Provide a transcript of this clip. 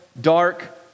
dark